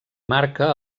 marca